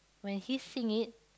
when he sing it